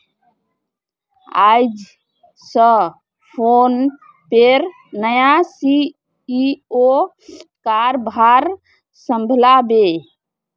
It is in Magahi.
आइज स फोनपेर नया सी.ई.ओ कारभार संभला बे